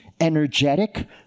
energetic